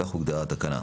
כך הוגדרה התקנה.